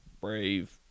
Brave